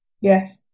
Yes